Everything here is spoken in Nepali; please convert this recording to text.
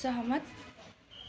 सहमत